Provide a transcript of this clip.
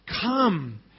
Come